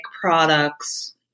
products